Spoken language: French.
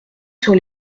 sur